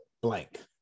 blank